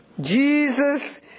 Jesus